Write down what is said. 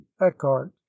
eckhart